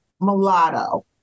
mulatto